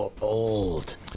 old